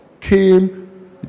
came